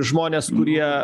žmones kurie